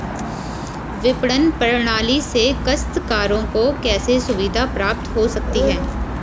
विपणन प्रणाली से काश्तकारों को कैसे सुविधा प्राप्त हो सकती है?